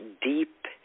deep